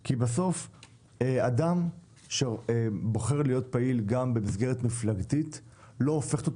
כי אדם שבוחר להיות פעיל גם במסגרת מפלגתית לא הופך אותו